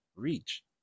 Reach